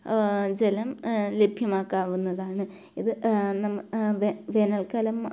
ജലം ലഭ്യമാക്കാവുന്നതാണ് ഇത് നമ വേ വേനൽ വേനൽക്കാലം